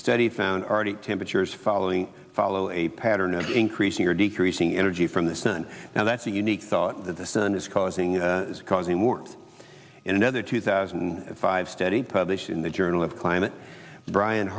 study found already temperatures following follow a pattern of increasing or decreasing energy from the sun now that's a unique thought that the sun is causing causing more in another two thousand and five study published in the journal of climate brian